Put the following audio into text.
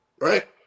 Right